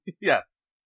Yes